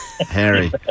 Harry